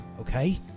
okay